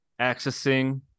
accessing